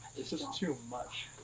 it's just too much.